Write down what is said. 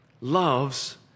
loves